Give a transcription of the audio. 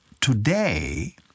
Today